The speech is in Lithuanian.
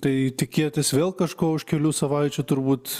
tai tikėtis vėl kažko už kelių savaičių turbūt